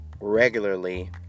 regularly